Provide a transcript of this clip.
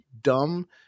dumb